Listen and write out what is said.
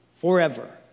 forever